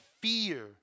fear